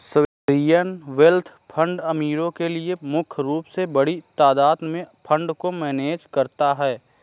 sovereign wealth fund अमीरो के लिए मुख्य रूप से बड़ी तादात में फंड को मैनेज करता है